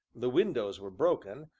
the windows were broken,